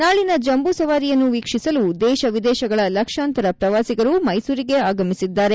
ನಾಳಿನ ಜಂಬೂಸವಾರಿಯನ್ನು ವೀಕ್ಷಿಸಲು ದೇಶ ವಿದೇಶಗಳ ಲಕ್ಷಾಂತರ ಪ್ರವಾಸಿಗರು ಮೈಸೂರಿಗೆ ಆಗಮಿಸಿದ್ದಾರೆ